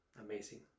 amazing